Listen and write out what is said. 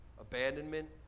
abandonment